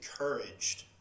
encouraged